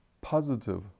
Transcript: positive